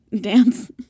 dance